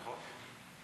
נכון.